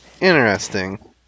Interesting